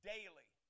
Daily